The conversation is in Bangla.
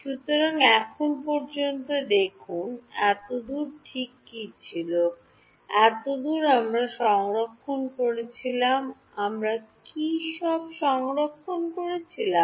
সুতরাং এখন পর্যন্ত দেখুন এতদূর ঠিক কী ছিল এতদূর আমরা সংরক্ষণ করছিলাম আমরা কী সব সংরক্ষণ করছিলাম